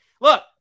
Look